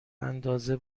اندازه